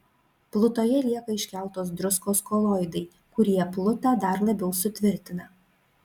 plutoje lieka iškeltos druskos koloidai kurie plutą dar labiau sutvirtina